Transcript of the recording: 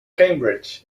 cambridge